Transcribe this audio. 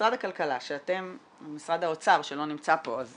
משרד הכלכלה שאתם --- משרד האוצר שלא נמצא פה אז